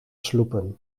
sloepen